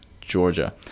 Georgia